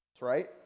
right